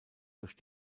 durch